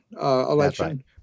election